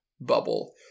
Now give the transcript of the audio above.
bubble